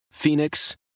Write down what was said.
Phoenix